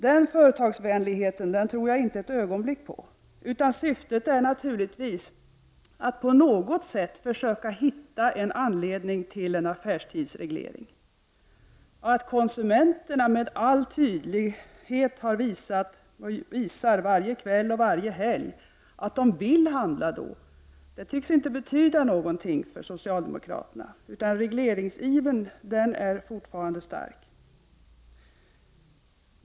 Den företagsvänligheten tror jag inte ett ögonblick på. Syftet är naturligtvis att på något sätt försöka hitta en anledning till en affärstidsreglering. Att konsumenterna med all tydlighet visar varje kväll och varje helg att de vill handla då tycks inte betyda någonting för socialdemokraterna. Regleringsivern är fortfarande stark.